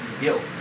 guilt